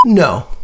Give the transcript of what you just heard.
No